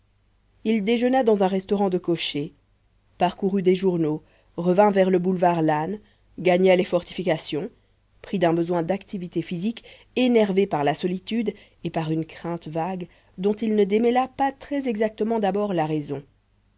il déjeuna dans un restaurant de cochers parcourut des journaux revint vers le boulevard lannes gagna les fortifications pris d'un besoin d'activité physique énervé par la solitude et par une crainte vague dont il ne démêla pas très exactement d'abord la raison